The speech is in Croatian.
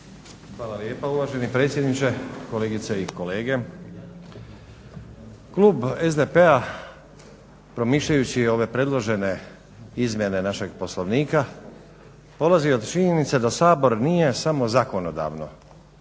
Hvala lijepa, uvaženi predsjedniče. Kolegice i kolege. Klub SDP-a promišljajući ove predložene izmjene našeg Poslovnika polazi od činjenice da Sabor nije samo zakonodavno